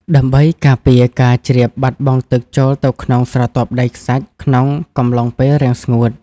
ដើម្បីការពារការជ្រាបបាត់បង់ទឹកចូលទៅក្នុងស្រទាប់ដីខ្សាច់ក្នុងកំឡុងពេលរាំងស្ងួត។